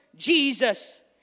Jesus